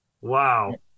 Wow